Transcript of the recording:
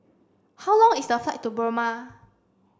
how long is the flight to Burma